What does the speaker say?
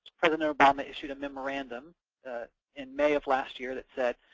president obama issued a memorandum in may of last year that said,